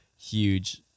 huge